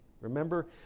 Remember